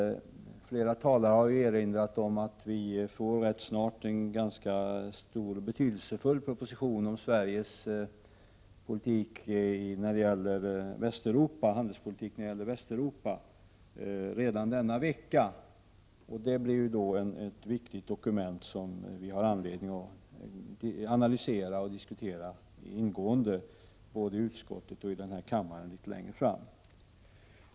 Flera talare har erinrat om att vi mycket snart, redan denna vecka, kommer att få en stor och betydelsefull proposition om Sveriges handelspolitik när det gäller Västeuropa. Det är ett viktigt dokument som vi har anledning att analysera och diskutera ingående både i utskottet och i denna kammare litet längre fram.